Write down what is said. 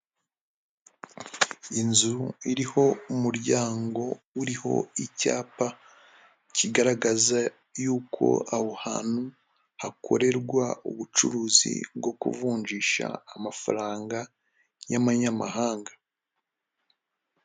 Inzu iriho umuryango, uriho icyapa kigaragaza y'uko aho hantu hakorerwa ubucuruzi bwo kuvunjisha amafaranga y'amanyamahanga.